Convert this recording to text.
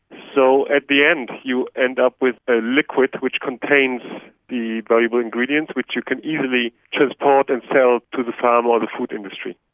so at the end you end up with a liquid which contains the valuable ingredients which you could easily transport and sell to the farm or the food industry.